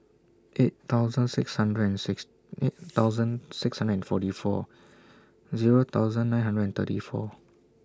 eight thousand six hundred and six eight thousand six hundred and forty four Zero thousand nine hundred and thirty four